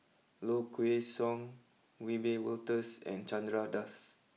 Low Kway Song Wiebe Wolters and Chandra Das